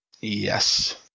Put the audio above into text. Yes